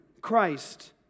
Christ